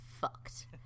fucked